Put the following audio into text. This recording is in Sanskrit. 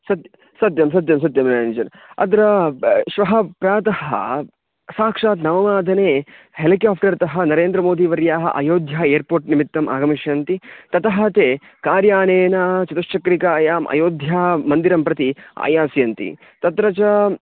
सद् सत्यं सत्यं सत्यं निरञ्जनः अत्र श्वः प्रातः साक्षात् नववादने हेलिक्याफ़्टर् तः नरेन्द्रमोदीवर्यः अयोध्या एर्पोर्ट् निमित्तम् आगमिष्यन्ति ततः ते कार् यानेन चतुश्चक्रिकायाम् अयोध्यामन्दिरं प्रति आयास्यन्ति तत्र च